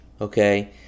Okay